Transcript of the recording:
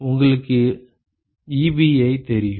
உங்களுக்கு Ebi தெரியும்